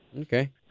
Okay